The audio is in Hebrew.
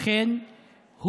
אכן,